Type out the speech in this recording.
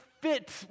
fit